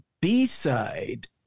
B-side